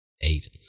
eight